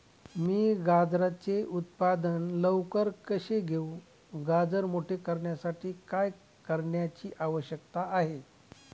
मी गाजराचे उत्पादन लवकर कसे घेऊ? गाजर मोठे करण्यासाठी काय करण्याची आवश्यकता आहे?